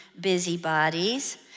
busybodies